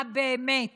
באמת